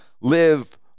live